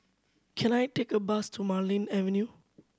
can I take a bus to Marlene Avenue